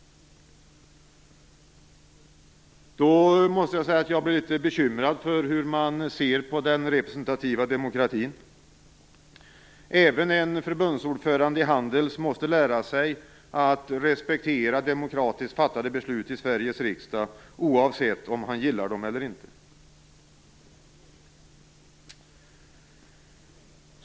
Då måste jag säga att jag blir litet bekymrad för hur man ser på den representativa demokratin. Även en förbundsordförande i Handels måste lära sig att respektera demokratiskt fattade beslut i Sveriges riksdag, oavsett om han gillar dem eller inte.